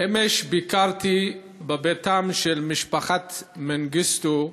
אמש ביקרתי בביתם של בני משפחת מנגיסטו.